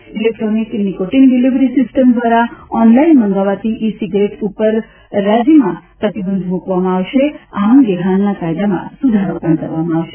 માટે electronic nicotine delivery system દ્વારા online મંગાવાતી ઇ સિગારેટ ઉપર રાજ્યમાં પ્રતિબંધ મુકવામાં આવશે અને આ અંગે હાલના કાયદામાં સુધારો પણ કરવામાં આવશે